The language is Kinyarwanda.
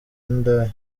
n’indaya